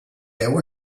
deu